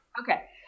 okay